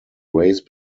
race